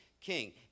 king